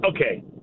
Okay